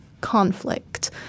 conflict